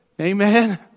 Amen